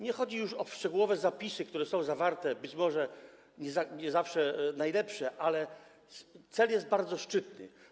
Nie chodzi już o szczegółowe zapisy, które są tu zawarte, być może nie zawsze najlepsze, ale cel jest bardzo szczytny.